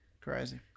Crazy